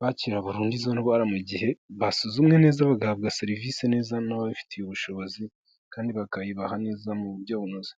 bakira burundu izo ndwara mu gihe basuzumwe neza bagahabwa serivisi neza n'ababifitiye ubushobozi, kandi bakayibaha neza mu buryo bunoze.